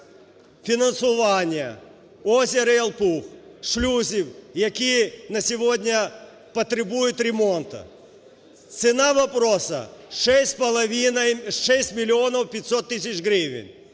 фінансування озера Ялпуг, шлюзів, які на сьогодні потребують ремонту. Цена вопроса – 6,5... 6 мільйонів 500 тисяч гривень.